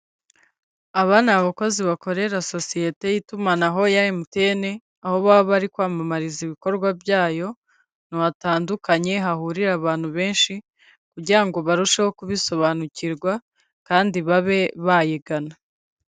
Aba ni abakozi bakorera sosiyete y'itumanaho ya MTN, aho baba bari kwamamariza ibikorwa byayo ahantu hatandukanye hahurira abantu benshi, kugira ngo barusheho kubisobanukirwa kandi babe bayigana.